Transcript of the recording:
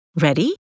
Ready